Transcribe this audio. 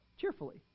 cheerfully